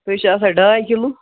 سُہ حظ چھِ آسان ڈاے کِلوٗ